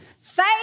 Faith